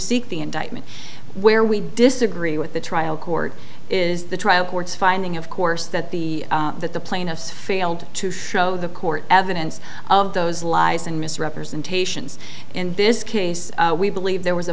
seek the indictment where we disagree with the trial court is the trial court's finding of course that the that the plaintiffs failed to show the court evidence of those lies and misrepresentations in this case we believe there was a